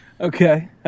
okay